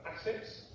assets